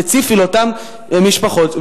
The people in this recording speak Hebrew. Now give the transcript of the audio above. הוא ריאלי ומהווה תחליף למתן מענה ספציפי לאותן משפחות,